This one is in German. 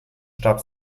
starb